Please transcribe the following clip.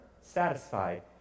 satisfied